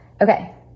Okay